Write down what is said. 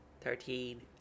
Thirteen